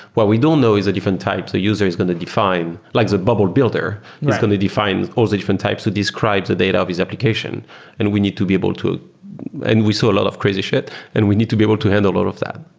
what we don't know is the different types a user is going to define, like the bubble builder, is going to define all the different types to describe the data of this application and we need to be able to and we saw a lot of crazy shit and we need to be able to handle a lot of that.